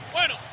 Bueno